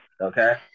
Okay